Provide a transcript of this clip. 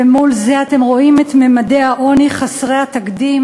ומול זה אתם רואים את ממדי העוני חסרי התקדים.